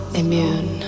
immune